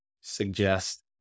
suggest